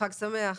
חג שמח.